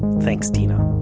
thanks, tina,